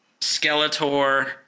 Skeletor